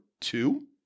two